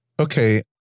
Okay